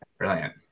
Brilliant